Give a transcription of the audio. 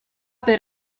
per